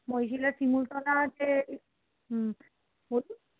মহিশিলার শিমুলতলা আছে হুম বলুন